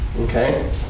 okay